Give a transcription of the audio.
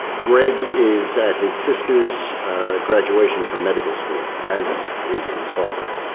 greg is at his sister's graduation from medical school, as is his father,